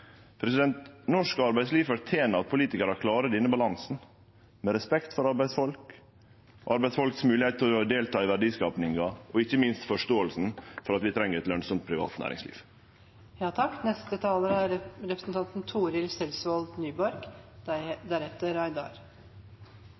Norsk arbeidsliv fortener at politikarar klarar denne balansen, med respekt for arbeidsfolk og arbeidsfolks moglegheit til å delta i verdiskapinga og ikkje minst forståinga for at vi treng eit lønsamt privat næringsliv. Det er kjekt å verta etterlyst. Kristeleg Folkeparti er